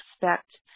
expect